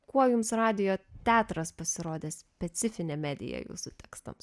kuo jums radijo teatras pasirodė specifinė medija jūsų tekstams